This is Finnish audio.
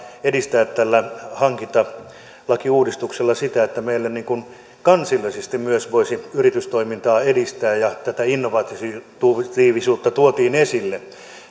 edistää tällä hankintalakiuudistuksella sitä että meillä myös kansainvälisesti voisi yritystoimintaa edistää ja tätä innovatiivisuutta tuotiin esille